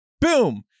boom